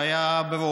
שהייתה ברוב,